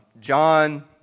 John